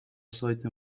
سایت